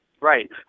Right